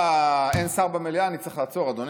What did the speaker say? הופה, אין שר במליאה, אני צריך לעצור, אדוני.